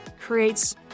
creates